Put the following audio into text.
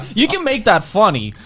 you can make that funny.